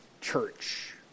church